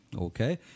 Okay